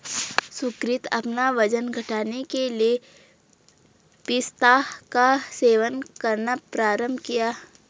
सुकृति अपना वजन घटाने के लिए पिस्ता का सेवन करना प्रारंभ किया